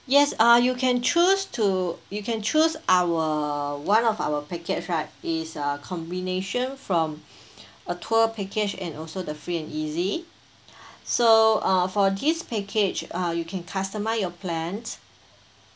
yes uh you can choose to you can choose our one of our package right is uh combination from a tour package and also the free and easy so uh for this package uh you can customise your plans